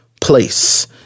place